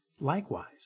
Likewise